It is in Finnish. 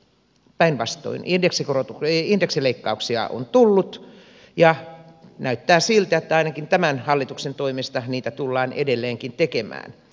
päinvastoin indeksileikkauksia on tullut ja näyttää siltä että ainakin tämän hallituksen toimesta niitä tullaan edelleenkin tekemään